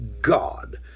God